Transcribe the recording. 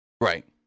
Right